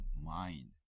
mind